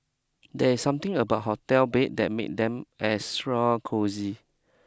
there's something about hotel bed that make them extra cosy